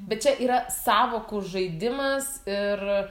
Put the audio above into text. bet čia yra sąvokų žaidimas ir